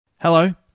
Hello